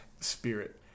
Spirit